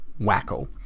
Wacko